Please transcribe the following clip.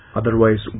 otherwise